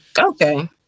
okay